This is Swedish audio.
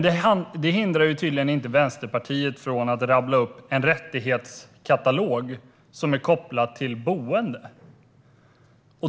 Detta hindrar tydligen inte Vänsterpartiet från att rabbla upp en rättighetskatalog kopplad till boende.